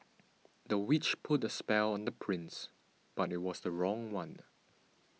the witch put a spell on the prince but it was the wrong one